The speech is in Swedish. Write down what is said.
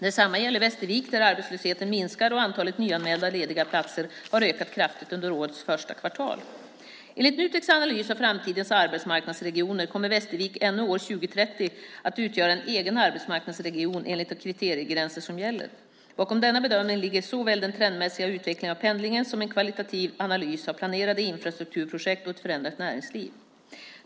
Detsamma gäller Västervik, där arbetslösheten minskar och antalet nyanmälda lediga platser har ökat kraftigt under årets första kvartal. Enligt Nuteks analys av framtidens arbetsmarknadsregioner kommer Västervik ännu år 2030 att utgöra en egen arbetsmarknadsregion enligt de kriteriegränser som gäller. Bakom denna bedömning ligger såväl den trendmässiga utvecklingen av pendlingen som en kvalitativ analys av planerade infrastrukturprojekt och ett förändrat näringsliv.